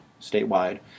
statewide